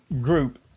group